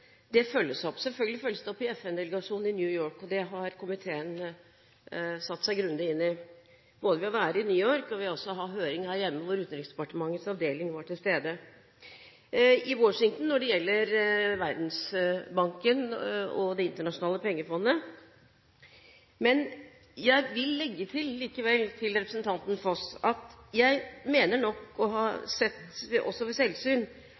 systemet, følges opp. Selvfølgelig følges det opp i FN-delegasjonen i New York. Det har komiteen satt seg grundig inn i, både ved å være i New York og også ved å ha høring her hjemme hvor Utenriksdepartementets avdeling var til stede, og i Washington når det gjelder Verdensbanken og Det internasjonale pengefondet. Jeg vil til representanten Foss likevel legge til at jeg mener nok å ha sett, også ved selvsyn,